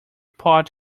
pot